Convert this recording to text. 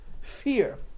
fear